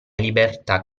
libertà